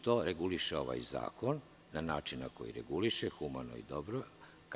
To reguliše ovaj zakon na način na koji reguliše, humano i dobro.